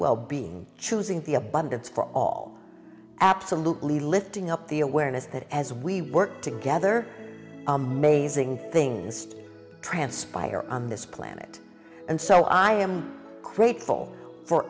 well being choosing the abundance for all absolutely lifting up the awareness that as we work together amazing things transpire on this planet and so i am grateful for